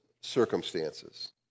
circumstances